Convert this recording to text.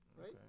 Right